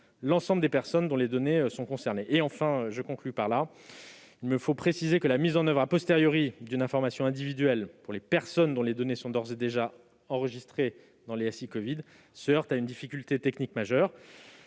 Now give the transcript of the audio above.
l'ensemble des personnes dont les données sont concernées. Il me faut préciser enfin que la mise en oeuvre d'une information individuelle, pour les personnes dont les données sont d'ores et déjà enregistrées dans les SI covid, se heurte à une difficulté technique majeure